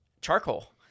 charcoal